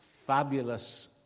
fabulous